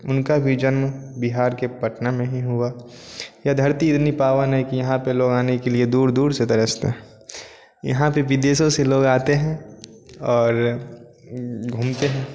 उनका भी जन्म बिहार के पटना में ही हुआ यह धरती इतनी पावन है कि यहाँ पर लोग आने के लिए दूर दूर से तरसते हैं यहाँ पर विदेशों से लोग आते हैं और घूमते हैं